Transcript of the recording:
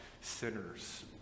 sinners